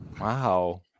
Wow